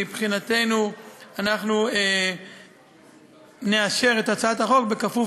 מבחינתנו אנחנו נאשר את הצעת החוק בכפוף